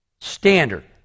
Standard